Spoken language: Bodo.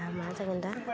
दा मा जागोन दा